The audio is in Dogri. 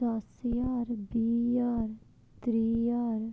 दस ज्हार बीह् ज्हार त्रीह् ज्हार